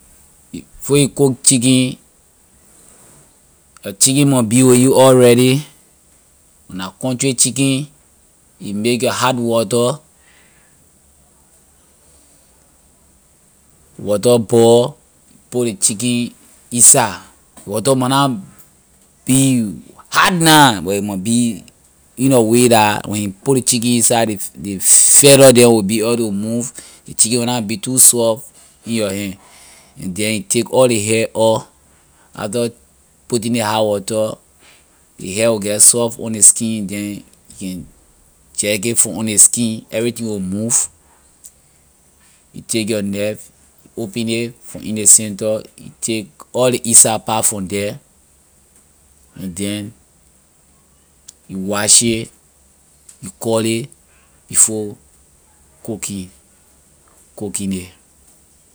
Before you cook chicken your chicken mon be with you already when la country chicken you make your hot water, water boil you put ley chicken inside water mon na be hot na but a mon be in lor way dah when you put ley chicken inside ley ley feather neh will be able to move ley chicken will na be too soft in your hand and then you take all ley hair out after putting ley hot water ley hair will get soft on the skin then you can jerk it from on ley skin everything will move you take your knife open a from in ley center you take all ley inside part from the and then you wash it you cut ley before cooking it.